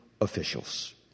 officials